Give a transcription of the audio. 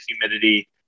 humidity